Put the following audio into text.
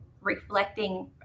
reflecting